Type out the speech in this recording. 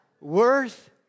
worth